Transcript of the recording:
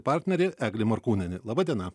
partnerė eglė morkūnienė laba diena